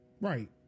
right